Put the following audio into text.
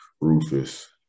Rufus